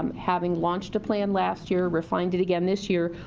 um having launched a plan last year, refined it again this year.